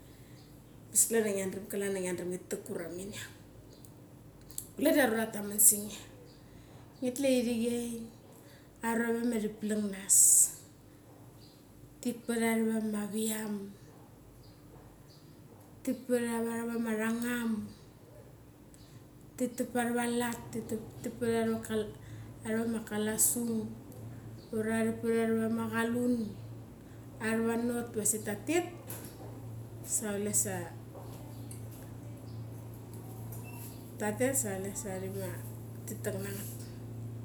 Pes klan ia ngia daram ngi tak ia ura minia. Kule da arura tha tamen sa nge. Ngi tle iri chei arura tha we ma thi plang nas, thi pat arva ma vam, ti pat arusa ma tangam, thi tak pa ara va lat, ti arva kalasung. Ura tai pat arvama kalun, arwa notdiwa asik ta tet sa chule sa tima thi tak na ngat.